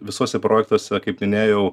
visuose projektuose kaip minėjau